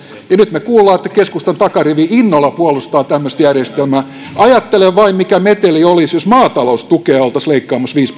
nyt me kuulemme että keskustan takarivi innolla puolustaa tämmöistä järjestelmää ajattelen vain mikä meteli olisi jos maataloustukea oltaisiin leikkaamassa viisi